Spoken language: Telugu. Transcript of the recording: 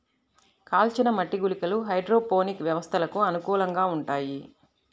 కాల్చిన మట్టి గుళికలు హైడ్రోపోనిక్ వ్యవస్థలకు అనుకూలంగా ఉంటాయి